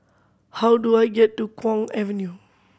how do I get to Kwong Avenue